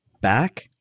back